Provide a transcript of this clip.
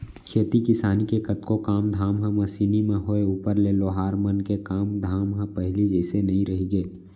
खेती किसानी के कतको काम धाम ह मसीनी म होय ऊपर ले लोहार मन के काम धाम ह पहिली जइसे नइ रहिगे